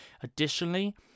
Additionally